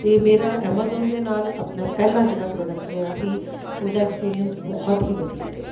ਅਤੇ ਮੇਰਾ ਐਮਾਜ਼ੋਨ ਦੇ ਨਾਲ ਆਪਣਾ ਪਹਿਲਾ ਜਿਹੜਾ ਪ੍ਰੋਡੈਕਟ ਲਿਆ ਸੀ ਉਹਦਾ ਐਕਸਪੀਰੀਅੰਸ ਬਹੁਤ ਹੀ ਵਧੀਆ ਰਿਹਾ